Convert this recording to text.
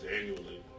annually